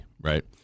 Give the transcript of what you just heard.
right